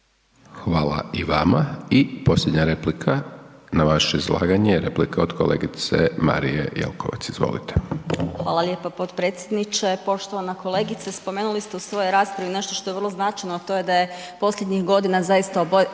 Hvala i vama. I posljednja replika na vaše izlaganje, replika od kolegice Marije Jelkovac. Izvolite. **Jelkovac, Marija (HDZ)** Hvala lijepa potpredsjedniče. Poštovana kolegice. Spomenula ste i svojoj raspravi nešto što je vrlo značajno, a to je da je posljednjih godina zaista obezvrijeđen